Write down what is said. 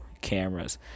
cameras